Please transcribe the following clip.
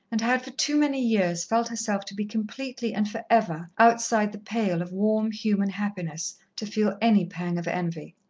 and had for too many years felt herself to be completely and for ever outside the pale of warm, human happiness, to feel any pang of envy.